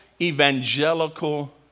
Evangelical